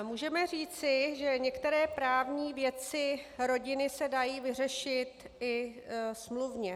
Můžeme říci, že některé právní věci rodiny se dají vyřešit i smluvně.